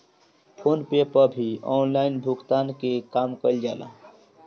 phone पे पअ भी ऑनलाइन भुगतान के काम कईल जाला